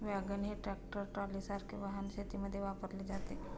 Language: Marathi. वॅगन हे ट्रॅक्टर ट्रॉलीसारखे वाहन शेतीमध्ये वापरले जाते